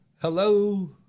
Hello